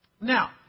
now